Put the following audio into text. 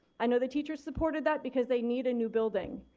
i know the teacher supported that because they need a new building.